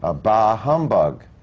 ah bah, humbug!